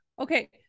Okay